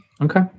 Okay